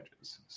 edges